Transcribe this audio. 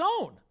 own